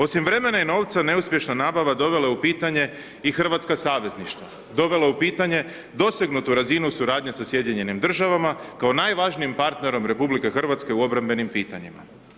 Osim vremena i novca neuspješna nabava dovela je u pitanje i hrvatska savezništva, dovela je u pitanje dosegnutu razinu suradnje sa Sjedinjenim državama, kao najvažnijim partnerom RH u obrambenim pitanjima.